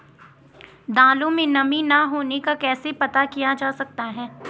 दालों में नमी न होने का कैसे पता किया जा सकता है?